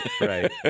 right